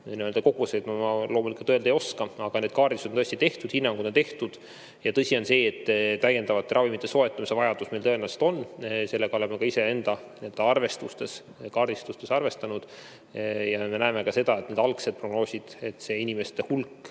ravimite koguseid loomulikult öelda ei oska, aga need kaardistused on tõesti tehtud, hinnangud on tehtud. Tõsi on see, et täiendavate ravimite soetamise vajadus meil tõenäoliselt on, sellega oleme ka iseenda arvutustes ja kaardistustes arvestanud. Me näeme ka seda, algsete prognooside järgi, et see inimeste hulk